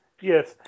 yes